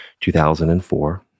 2004